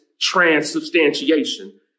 transubstantiation